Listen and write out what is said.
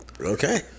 Okay